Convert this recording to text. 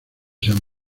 san